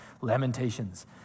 lamentations